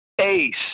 ACE